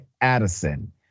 Addison